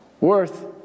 worth